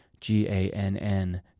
G-A-N-N